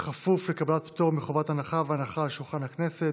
כפוף לקבלת פטור מחובת הנחה על שולחן הכנסת.